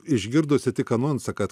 išgirdusi tik anonsą kad